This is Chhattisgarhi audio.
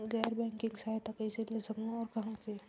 गैर बैंकिंग सहायता कइसे ले सकहुं और कहाँ से?